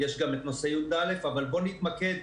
יש גם את נושא י"א אבל בואו נתמקד,